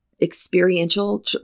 Experiential